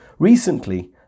Recently